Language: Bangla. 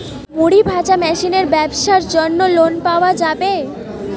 মুড়ি ভাজা মেশিনের ব্যাবসার জন্য লোন পাওয়া যাবে?